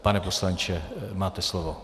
Pane poslanče, máte slovo.